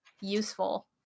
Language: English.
useful